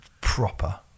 proper